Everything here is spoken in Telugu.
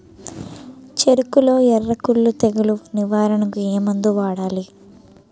చెఱకులో ఎర్రకుళ్ళు తెగులు నివారణకు ఏ మందు వాడాలి?